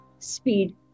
speed